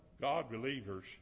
God-believers